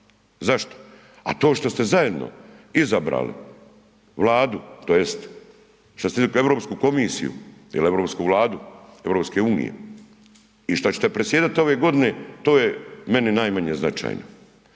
zašto? A to što ste zajedno izabrali Vladu tj. što ste Europsku komisiju ili europsku vladu EU i što ćete predsjedat ove godine to je meni najmanje značajno.